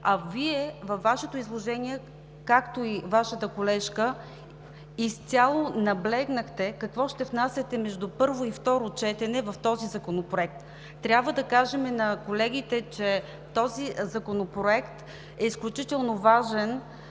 а Вие във Вашето изложение, както и Вашата колежка, изцяло наблегнахте на това какво ще внасяте между първо и второ четене в този законопроект. Трябва да кажем на колегите, че този законопроект е изключително важен.